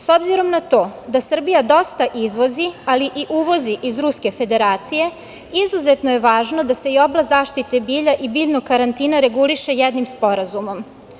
S obzirom na to da Srbija dosta izvozi, ali i dosta uvozi iz Ruske Federacije, izuzetno je važno da se i oblast zaštite bilja i biljnog karantina reguliše jednim sporazumom.